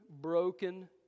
broken